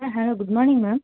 ah hello good morning ma'am